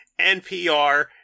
NPR